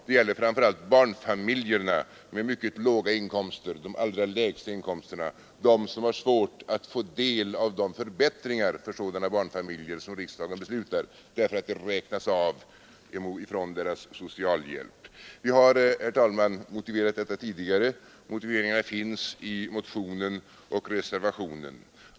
Det gäller framför allt barnfamiljerna med de allra lägsta inkomsterna, de som har svårt att få del av de förbättringar för barnfamiljer som riksdagen beslutar därför att dessa förbättringar räknas av från deras socialhjälp. Vi har, herr talman, motiverat vårt förslag tidigare. Motiveringarna finns i motionen och reservationen.